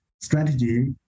strategy